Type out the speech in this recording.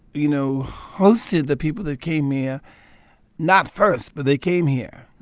you know, hosted the people that came here not first, but they came here.